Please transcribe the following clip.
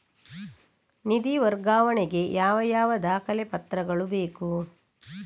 ನಿಧಿ ವರ್ಗಾವಣೆ ಗೆ ಯಾವ ಯಾವ ದಾಖಲೆ ಪತ್ರಗಳು ಬೇಕು?